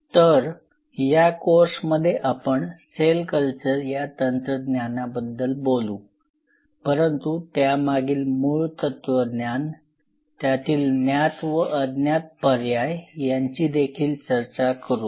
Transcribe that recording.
तर या कोर्समध्ये आपण सेल कल्चर या तंत्रज्ञानाबद्दल बोलू परंतु त्यामागील मूळ तत्वज्ञान त्यातील ज्ञात व अज्ञात पर्याय यांचीदेखील चर्चा करू